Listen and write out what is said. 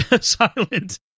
silent